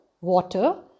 water